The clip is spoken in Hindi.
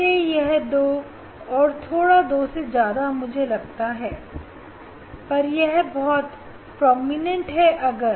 इसीलिए यह दो और थोड़ा दो से ज्यादा मुझे लगता है पर यह बहुत प्रॉमिनेंट है और